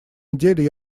неделе